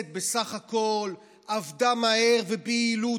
עבדה מהר וביעילות,